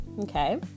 okay